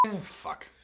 fuck